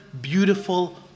beautiful